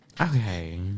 Okay